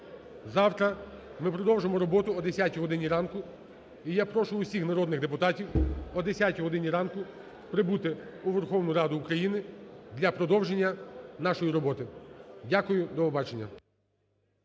Завтра ми продовжимо роботу о 10 годині ранку. І я прошу всіх народних депутатів о 10 годині ранку прибути у Верховну Раду України для продовження нашої роботи. Дякую. До побачення.